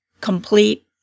complete